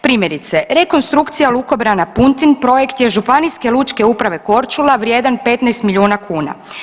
Primjerice, rekonstrukcija lukobrana Puntin projekt je Županijske lučke uprave Korčula vrijedan 15 milijuna kuna.